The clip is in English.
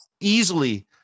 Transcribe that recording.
easily